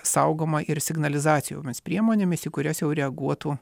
saugoma ir signalizacijomis priemonėmis į kurias jau reaguotų